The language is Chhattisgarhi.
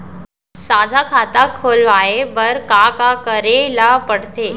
साझा खाता खोलवाये बर का का करे ल पढ़थे?